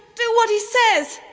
do what he says!